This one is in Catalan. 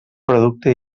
producte